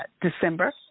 December